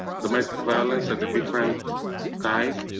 domestic violence at a different time.